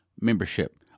membership